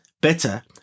better